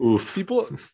people